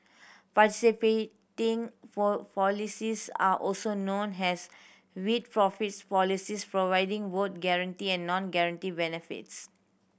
participating policies are also known has with profits policies providing both guaranteed and non guaranteed benefits